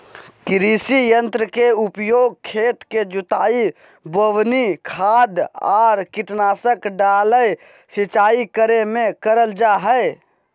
कृषि यंत्र के उपयोग खेत के जुताई, बोवनी, खाद आर कीटनाशक डालय, सिंचाई करे मे करल जा हई